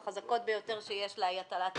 החזקות ביותר שיש לה היא הטלת עיצומים.